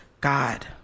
God